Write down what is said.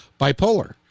bipolar